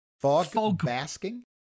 Fog-basking